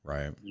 Right